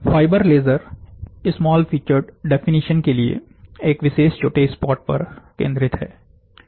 fibre laser small featured definition के लिए एक विशेष छोटे स्पॉट पर केंद्रित है